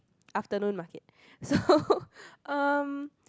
afternoon market so um